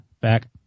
back